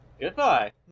Goodbye